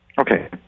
Okay